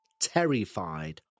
terrified